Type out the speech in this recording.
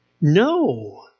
No